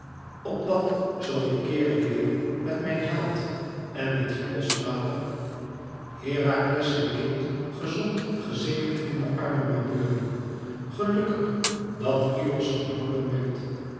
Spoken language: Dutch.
opdat zoo ik keere weêr met mijn held en met hyllos vader herakles zijn kind gezond zegenend in de armen mag beuren gelukkig dat hyllos geboren werd